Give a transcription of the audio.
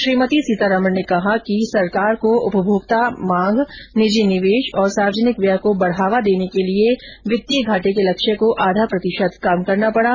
श्रीमती सीतारमण ने कहा कि सरकार को उपभोक्ता मांग निजी निवेश और सार्वजनिक व्यय को बढावा देने के लिए वित्तीय घाटे के लक्ष्य को आधा प्रतिशत कम करना पड़ा